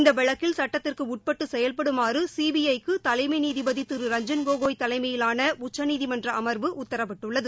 இந்த வழக்கில் சுட்டத்திற்கு உட்பட்டு செயல்படுமாறு சிபிஐ க்கு தலைமை நீதிபதி திரு ரஞ்சன் கோகோய் தலைமையிலான உச்சநீதிமன்ற அமர்வு உத்தரவிட்டுள்ளது